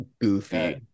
Goofy